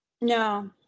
No